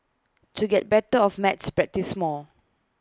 to get better of maths practise more